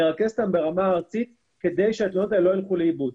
מרכז אותם ברמה הארצית כדי שהתלונות האלה לא ילכו לאיבוד.